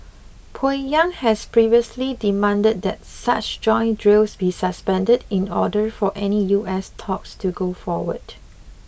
Pyongyang had previously demanded that such joint drills be suspended in order for any U S talks to go forward